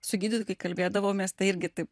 su gydytoju kai kalbėdavomės tai irgi taip